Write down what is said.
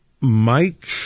Mike